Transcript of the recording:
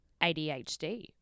ADHD